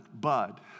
Bud